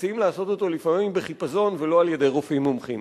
מציעים לעשות אותו לפעמים בחיפזון ולא על-ידי רופאים מומחים.